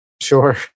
Sure